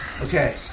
Okay